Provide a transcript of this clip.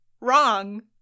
wrong